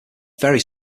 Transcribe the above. very